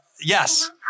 yes